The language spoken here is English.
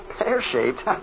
Pear-shaped